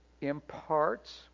imparts